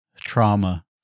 trauma